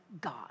God